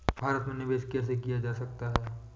भारत में निवेश कैसे किया जा सकता है?